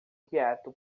quieto